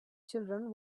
children